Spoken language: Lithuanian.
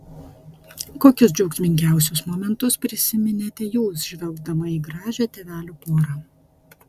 kokius džiaugsmingiausius momentus prisiminėte jūs žvelgdama į gražią tėvelių porą